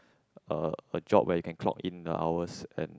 a a job where you can clock in the hours and